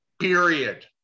Period